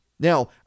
Now